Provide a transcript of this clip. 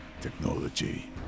technology